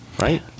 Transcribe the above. right